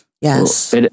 Yes